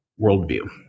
worldview